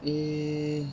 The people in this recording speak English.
um